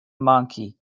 monkey